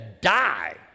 die